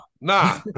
Nah